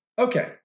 Okay